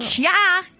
yeah.